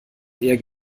eher